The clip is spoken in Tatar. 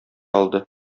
алды